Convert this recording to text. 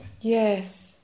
Yes